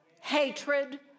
hatred